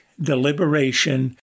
deliberation